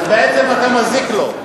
אז בעצם אתה מזיק לו.